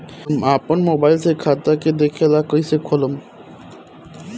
हम आपन मोबाइल से खाता के देखेला कइसे खोलम?